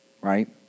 right